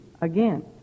again